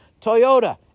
Toyota